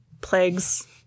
plagues